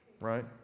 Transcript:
right